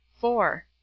four